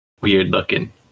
weird-looking